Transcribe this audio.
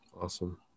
Awesome